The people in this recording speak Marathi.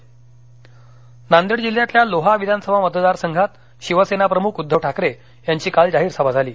उद्धव ठाकरे नांदेड नांदेड जिल्ह्यातल्या लोहा विधानसभा मतदार संघात शिवसेनाप्रमुख उद्धव ठाकरे यांची काल जाहीर सभा झाली